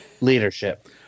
Leadership